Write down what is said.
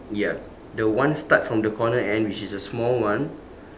ya the one start from the corner end which is the small one